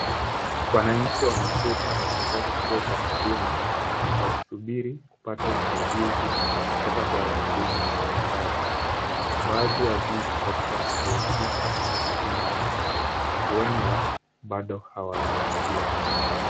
Wanaanchi wameketi katika kituo cha huduma, wakisubiri kupata usaidizi, kutoka kwa wahudumu wa serikali. Baadhi ya viti katika kituo hiki havina watu. Huenda bado hawajawasili.